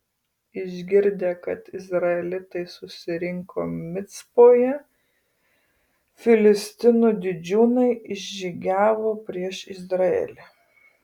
išgirdę kad izraelitai susirinko micpoje filistinų didžiūnai išžygiavo prieš izraelį